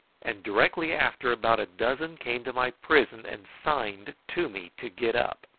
and directly after about a dozen came to my prison and signed to me to get up.